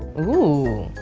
oooh.